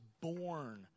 born